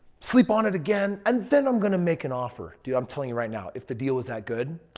sleep on it again. and then i'm going to make an offer. dude, i'm telling you right now, if the deal is that good,